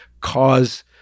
cause